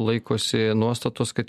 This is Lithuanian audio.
laikosi nuostatos kad